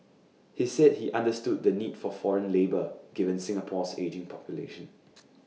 he said he understood the need for foreign labour given Singapore's ageing population